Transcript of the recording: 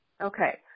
Okay